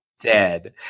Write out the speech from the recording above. Dead